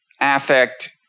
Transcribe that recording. affect